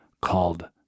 called